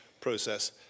process